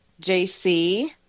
JC